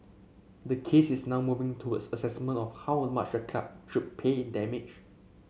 the case is now moving towards assessment of how much the club should pay in damage